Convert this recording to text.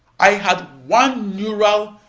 i had one neural,